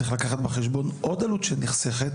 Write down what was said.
צריך לקחת עוד עלות שנחסכת